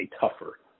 tougher